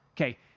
Okay